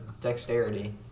dexterity